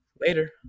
Later